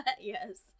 Yes